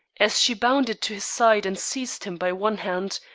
as she bounded to his side and seized him by one hand,